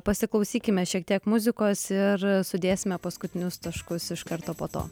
pasiklausykime šiek tiek muzikos ir sudėsime paskutinius taškus iš karto po to